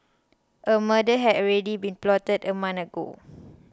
a murder had already been plotted a month ago